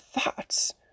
thoughts